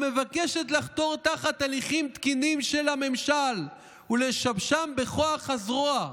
המבקשת לחתור תחת הליכים תקינים של הממשל ולשבשם בכוח הזרוע".